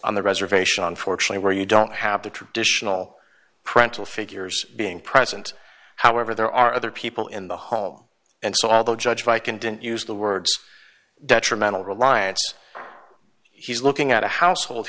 on the reservation unfortunately where you don't have the traditional print of figures being present however there are other people in the home and saw the judge like and didn't use the word detrimental reliance he's looking at a household